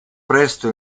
presto